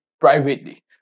privately